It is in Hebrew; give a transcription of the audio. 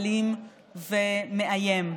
אלים ומאיים.